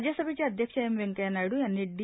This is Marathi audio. राज्यसभेचे अध्यक्ष एम वेंकय्या नायडू यांनी डी